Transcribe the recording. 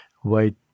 white